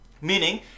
meaning